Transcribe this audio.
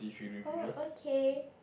oh okay